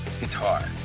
Guitar